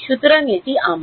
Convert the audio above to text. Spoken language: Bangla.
সুতরাং এটি আমার